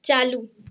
चालू